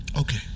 Okay